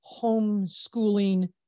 homeschooling